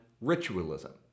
ritualism